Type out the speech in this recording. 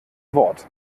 wort